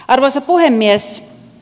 arvoisa puhemies